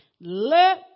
Let